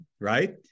right